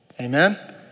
Amen